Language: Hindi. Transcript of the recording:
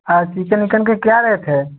हाँ चिकन उकन का क्या रेट है